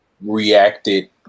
reacted